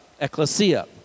Ecclesia